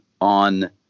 on